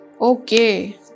Okay